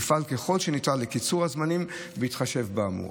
ככל שניתן לקיצור הזמנים בהתחשב באמור.